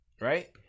Right